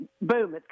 boom